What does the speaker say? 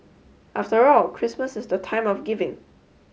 after all Christmas is the time of giving